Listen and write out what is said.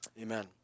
Amen